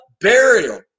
burial